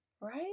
right